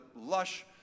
lush